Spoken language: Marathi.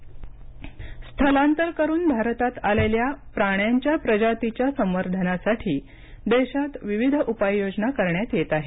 स्थलांतरित स्थलांतर करून भारतात आलेल्या प्राण्यांच्या प्रजातीच्या संवर्धनासाठी देशात विविध उपाययोजना करण्यात येत आहेत